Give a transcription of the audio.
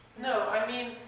no, i mean,